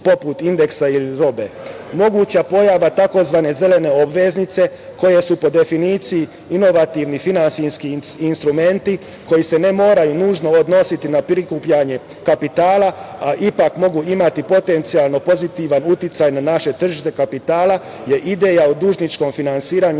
poput indeksa ili robe. Moguća pojava tzv. zelene obveznice, koje su po definiciji inovativni finansijski instrumenti koji se ne moraju nužno odnositi na prikupljanje kapitala, a ipak mogu imati potencijalno pozitivan uticaj na naše tržište kapitala, je ideja o dužničkom finansiranju